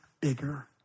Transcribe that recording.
bigger